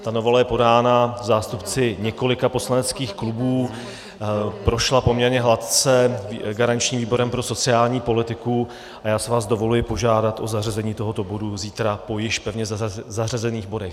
Ta novela je podána zástupci několika poslaneckých klubů, prošla poměrně hladce garančním výborem pro sociální politiku a já si vás dovoluji požádat o zařazení tohoto bodu zítra po již zařazených bodech.